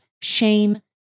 shame